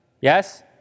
Yes